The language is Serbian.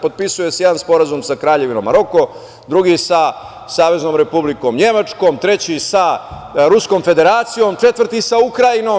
Potpisuje se jedan sporazum sa Kraljevinom Maroko, drugi sa Saveznom Republikom Nemačkom, treći sa Ruskom Federacijom, četvrti sa Ukrajinom.